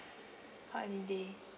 holiday